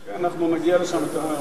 כן, אנחנו נגיע לשם יותר מהר.